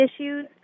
issues